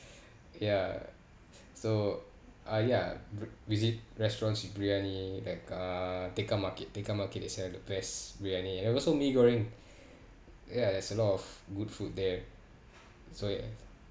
ya so uh ya visit restaurants briyani like uh tekka market tekka market they sell the best briyani and also mee goreng ya there's a lot of good food there so ya